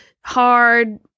hard